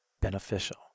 beneficial